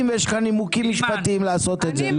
ויש לך נימוקים משפטיים לעשות את זה.